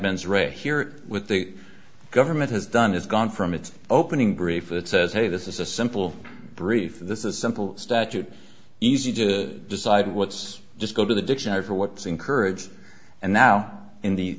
rea here with the government has done is gone from its opening brief it says hey this is a simple brief this is simple statute easy to decide what's just go to the dictionary for what's encouraged and now in the